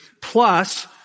plus